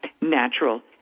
natural